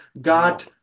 God